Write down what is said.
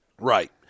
Right